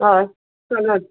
अय चलत